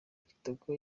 kitoko